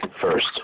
first